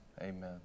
Amen